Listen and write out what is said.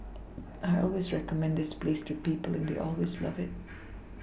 I always recommend this place to people and they always love it